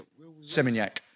Seminyak